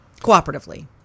cooperatively